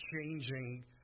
changing